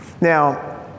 Now